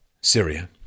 Syria